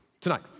tonight